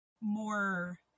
more